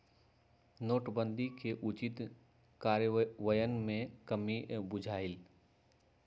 नोटबन्दि के उचित काजन्वयन में कम्मि बुझायल